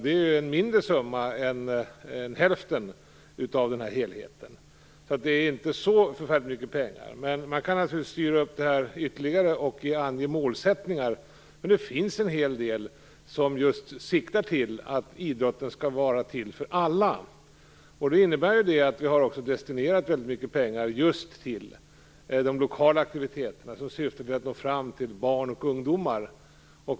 Det är en mindre summa än hälften av helheten, så det är inte så mycket pengar. Man kan naturligtvis styra upp det ytterligare och ange målsättningar. Men det finns en hel del som just siktar till att idrotten skall vara till för alla. Det innebär att vi har destinerat mycket pengar just till de lokala aktiviteterna, som syftar till att nå fram till barn och ungdomar.